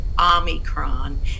Omicron